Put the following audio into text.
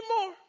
more